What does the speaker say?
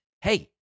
hey